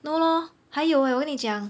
no lor 还有 leh 我跟你讲